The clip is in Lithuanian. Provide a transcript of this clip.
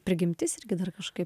prigimtis irgi dar kažkaip